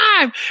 time